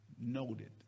noted